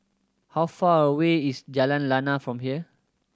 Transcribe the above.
how far away is Jalan Lana from here